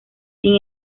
sin